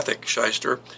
shyster